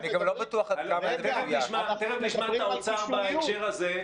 אנחנו תכף נשמע את האוצר בהקשר הזה.